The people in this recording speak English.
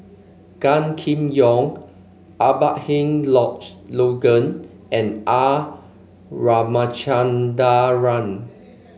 Gan Kim Yong Abraham Logan and R Ramachandran